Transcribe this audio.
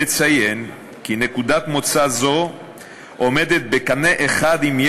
נציין כי נקודת מוצא זו עולה בקנה אחד גם עם